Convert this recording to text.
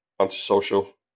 antisocial